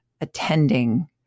attending